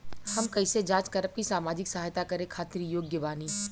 हम कइसे जांच करब की सामाजिक सहायता करे खातिर योग्य बानी?